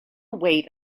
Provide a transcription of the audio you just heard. wait